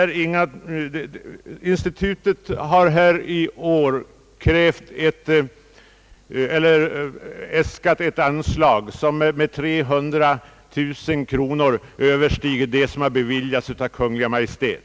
Institutet har i år äskat ett anslag som med 300 000 kronor överstiger det anslag som har tillstyrkts av Kungl. Maj:t.